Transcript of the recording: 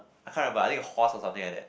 I can't but I think horse or something like that